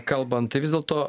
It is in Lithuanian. kalbant tai vis dėlto